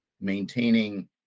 maintaining